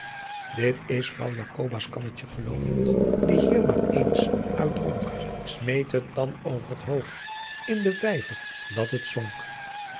dit s vrouw jacoba's kannetje gelooft die hier maar eens uyt dronk smeet het dan over t hooft in de vyver dat het sonck